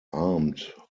armed